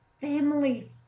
family